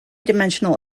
dimensional